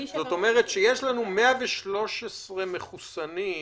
יש לנו 113 מחוסנים,